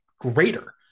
greater